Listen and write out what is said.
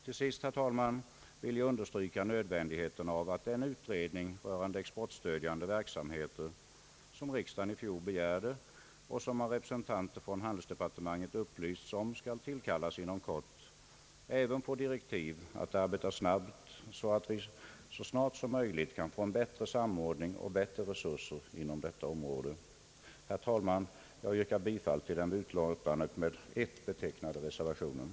Till sist, herr talman, vill jag understryka nödvändigheten av att den utredning rörande exportstödjande verksamheter, som riksdagen begärde i fjol och som enligt vad representanter från departementet upplyst skall tillkallas inom kort, även får direktiv att arbeta snabbt, så att vi så snart som möjligt kan få en bättre samordning och bättre resurser inom detta område. Herr talman! Jag yrkar bifall till den vid punkten avgivna reservationen av herr Axel Andersson m.fl.